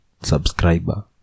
subscriber